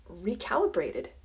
recalibrated